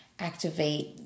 activate